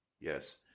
Yes